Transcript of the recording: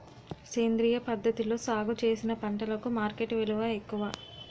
సేంద్రియ పద్ధతిలో సాగు చేసిన పంటలకు మార్కెట్ విలువ ఎక్కువ